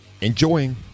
Enjoying